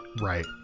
Right